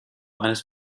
eines